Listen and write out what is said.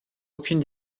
aucune